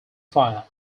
fire